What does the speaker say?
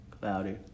Cloudy